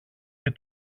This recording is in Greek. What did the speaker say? και